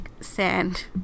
sand